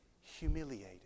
humiliated